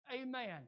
Amen